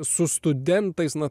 su studentais na